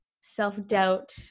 self-doubt